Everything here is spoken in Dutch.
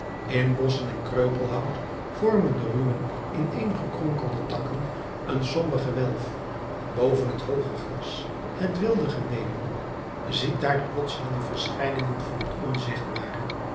in bosschen en kreupelhout vormen de ruw ineen gekronkelde takken een somber gewelf boven het hooge gras het wilde gewemel ziet daar de plotselinge verschijningen van het onzichtbare